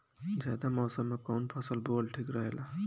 जायद मौसम में कउन फसल बोअल ठीक रहेला?